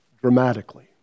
dramatically